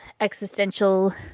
existential